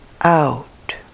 out